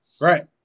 Right